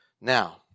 Now